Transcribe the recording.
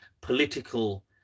political